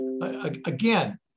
again